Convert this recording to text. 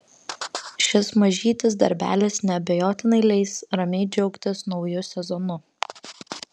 šis mažytis darbelis neabejotinai leis ramiai džiaugtis nauju sezonu